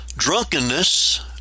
Drunkenness